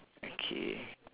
okay